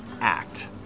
act